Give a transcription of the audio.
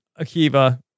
Akiva